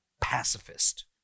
pacifist